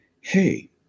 hey